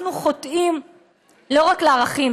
אנחנו חוטאים לא רק לערכים